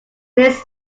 mrs